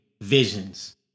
visions